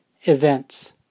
events